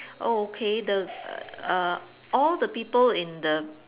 oh okay the err all the people in the